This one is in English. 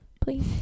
Please